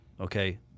Okay